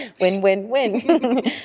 win-win-win